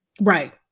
Right